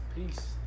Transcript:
Peace